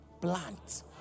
plant